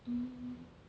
mm mm